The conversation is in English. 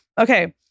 Okay